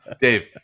Dave